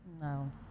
No